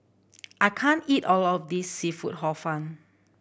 I can't eat all of this seafood Hor Fun